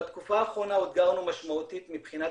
בתקופה האחרונה אותגרנו משמעותית מבחינת